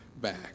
back